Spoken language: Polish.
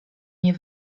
nie